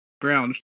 ground